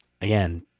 again